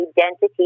identity